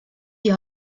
die